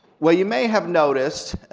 well you may have noticed,